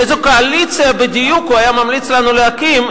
איזו קואליציה בדיוק הוא היה ממליץ לנו להקים,